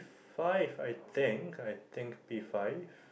five I think I think P five